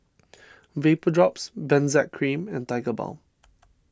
Vapodrops Benzac Cream and Tigerbalm